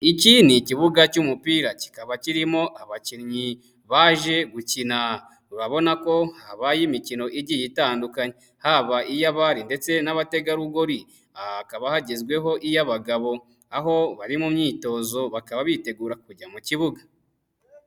Iki ni ikibuga cy'umupira kikaba kirimo abakinnyi baje gukina, urabona ko habayeho imikino igiye itandukanye haba iy'abari ndetse n'abategarugori, aha hakaba hagezweho iy'abagabo aho bari mu myitozo bakaba bitegura kujya mu kibuga.